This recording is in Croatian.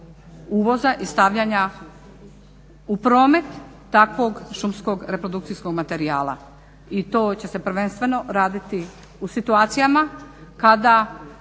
uvoza i stavljanja u promet takvog šumskog reprodukcijskog materijala. I to će se prvenstveno raditi u situacijama kada